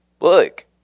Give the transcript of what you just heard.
Look